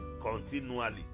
continually